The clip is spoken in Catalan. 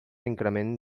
increment